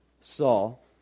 Saul